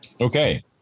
Okay